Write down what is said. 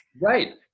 right